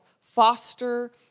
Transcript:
foster